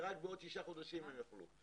ורק בעוד שישה חודשים הם יוכלו.